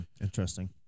Interesting